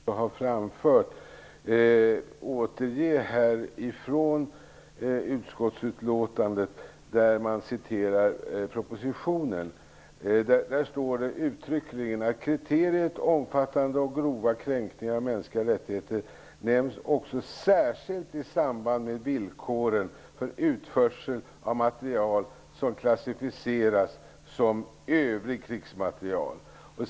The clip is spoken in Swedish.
Herr talman! Jag vill, i anledning av vad jag sade nyss och vad Ingela Mårtensson också har framfört, återge vad som står i utskottsbetänkandet där man citerar propositionen. Där står uttryckligen: ''Kriteriet omfattande och grova kränkningar av mänskliga rättigheter nämns också särskilt i samband med villkoren för utförsel av materiel som klassificeras som ''övrig krigsmateriel'.''